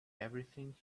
everything